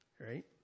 right